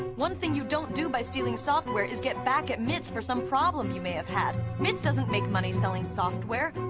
one thing you don't do by stealing software is get back at mits for some problem you may have had mits doesn't make money selling software.